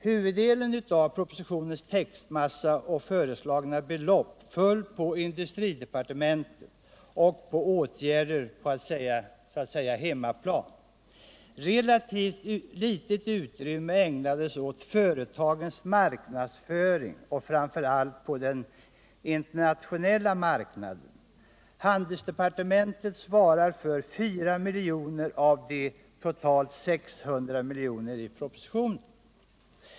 Huvuddelen av propositionens textmassa och föreslagna belopp föll på industridepartementet och på åtgärder så att säga på hemmaplan. Relativt litet utrymme ägnades åt företagens marknadsföring, framför allt på den internationella marknaden. Handelsdepartementet svarar för 4 miljoner av de totalt 600 i propositionen.